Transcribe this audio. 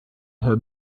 her